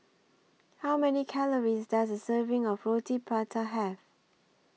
How Many Calories Does A Serving of Roti Prata Have